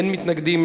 אין מתנגדים,